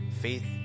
faith